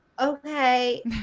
okay